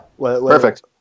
Perfect